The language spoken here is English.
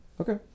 Okay